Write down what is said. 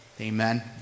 Amen